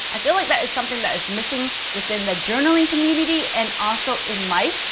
i feel like that is something that is missing within the journaling community, and also in life.